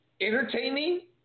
Entertaining